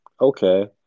okay